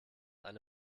eine